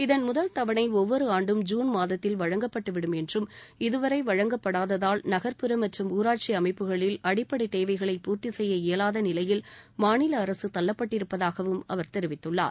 இதன் முதல் தவணைஒவ்வொருஆண்டும் ஜுன் மாதத்தில் வழங்கப்பட்டுவிடும் என்றும் இதுவரைவழங்கப்படாததால் நகர்ப்புற மற்றும் ஊராட்சிஅமைப்புகளில் அடிப்படைதேவைகளை பூர்த்திசெய்ய இயலாதநிலையில் மாநிலஅரசுதள்ளப்பட்டிருப்பதாகவும் அவர் தெரிவித்துள்ளார்